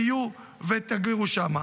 תהיו ותגורו שם.